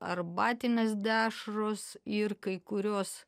arbatinės dešros ir kai kurios